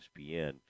ESPN